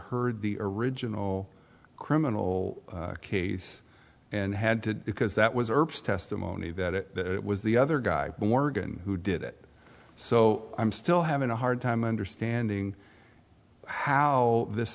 heard the original criminal case and had to because that was herb's testimony that it was the other guy borgen who did it so i'm still having a hard time understanding how this